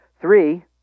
Three